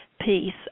piece